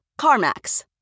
CarMax